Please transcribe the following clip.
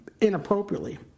inappropriately